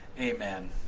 Amen